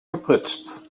verprutst